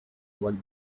while